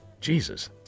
Jesus